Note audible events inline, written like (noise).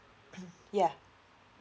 (noise) ya